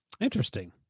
Interesting